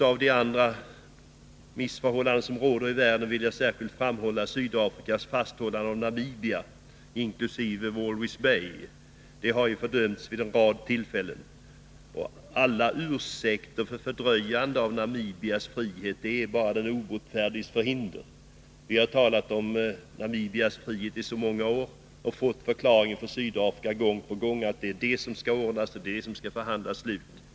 Av de andra missförhållanden som råder i världen vill jag särskilt framhålla Sydafrikas fasthållande av Namibia inkl. Walvis Bay, vilket har fördömts vid en rad tillfällen. Alla ursäkter för fördröjandet av Namibias frihet är bara den obotfärdiges förhinder. Vi har talat om Namibias frihet i så många år och fått förklaringar från Sydafrika gång på gång om att det är än det ena, än det andra som det skall ordnas eller förhandlas om.